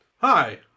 Hi